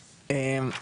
בבקשה.